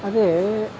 ಅದೇ